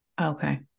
Okay